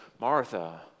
Martha